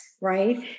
right